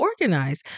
organize